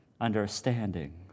understanding